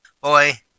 Boy